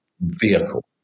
vehicle